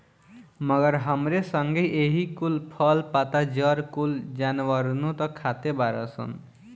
मगर हमरे संगे एही कुल फल, पत्ता, जड़ कुल जानवरनो त खाते बाड़ सन